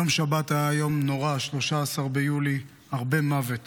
יום שבת 13 ביולי היה יום נורא, הרבה מוות: